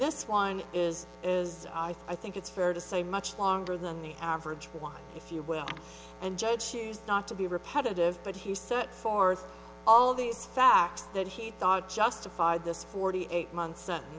this one is as i think it's fair to say much longer than the average one if you will and judge choose not to be repetitive but he set forth all these facts that he thought justified this forty eight month sentence